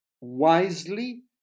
wisely